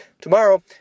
Tomorrow